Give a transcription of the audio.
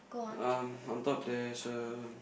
um on top there's a